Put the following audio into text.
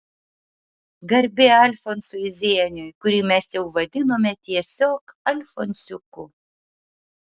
garbė alfonsui zieniui kurį mes jau vadinome tiesiog alfonsiuku